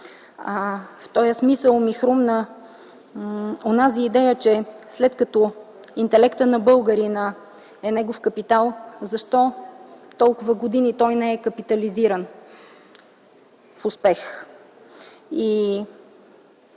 В този смисъл ми хрумна идеята, че след като интелектът на българина е негов капитал, защо толкова години той не е капитализиран в успех?